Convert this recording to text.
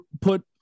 put